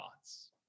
thoughts